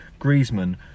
Griezmann